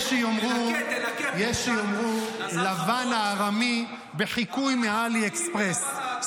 יש שיאמרו: לבן הארמי בחיקוי מעלי אקספרס,